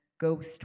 Ghost